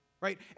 right